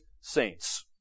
saints